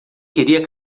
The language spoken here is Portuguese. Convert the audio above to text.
queria